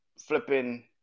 Flipping